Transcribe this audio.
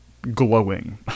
glowing